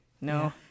no